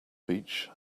beach